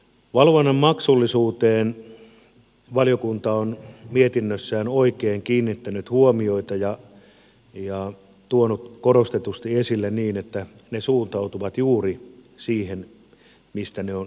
valvonnan maksullisuuteen valiokunta on mietinnössään oikein kiinnittänyt huomioita ja tuonut sen korostetusti esille niin että ne suuntautuvat juuri siihen mistä ne on kerättykin